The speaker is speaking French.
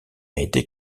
été